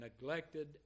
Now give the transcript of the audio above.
neglected